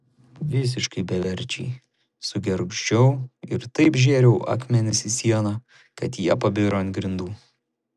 visiškai beverčiai sugergždžiau ir taip žėriau akmenis į sieną kad jie pabiro ant grindų